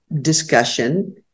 discussion